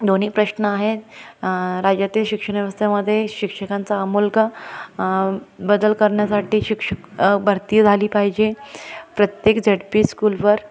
दोन्ही प्रश्न आहे राज्यातील शिक्षण व्यवस्थेमध्ये शिक्षकांचा अमूलाग्र बदल करण्यासाठी शिक्षक भरती झाली पाहिजे प्रत्येक झेड् पी स्कुलवर